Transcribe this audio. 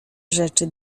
rzeczy